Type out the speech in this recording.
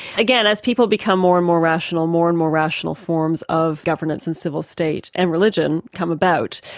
again, as people become more and more rational, more and more rational forms of governance and civil state and religion come about.